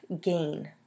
gain